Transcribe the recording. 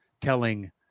telling